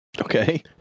Okay